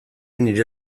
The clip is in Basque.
nire